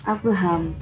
Abraham